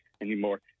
anymore